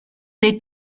des